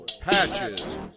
patches